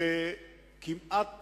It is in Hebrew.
שכמעט,